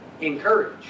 encourage